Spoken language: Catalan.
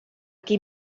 qui